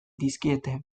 dizkiete